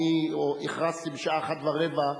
אני הכרזתי בשעה 13:15,